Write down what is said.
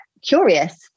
curious